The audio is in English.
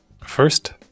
First